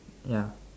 ya